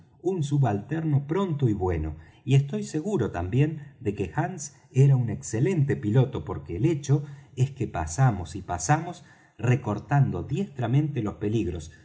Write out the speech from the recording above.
un subalterno pronto y bueno y estoy seguro también de que hands era un excelente piloto porque el hecho es que pasamos y pasamos recortando diestramente los peligros